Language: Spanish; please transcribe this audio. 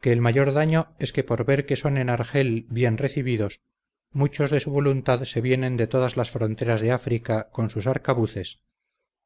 que el mayor daño es que por ver que son en argel bien recibidos muchos de su voluntad se vienen de todas las fronteras de áfrica con sus arcabuces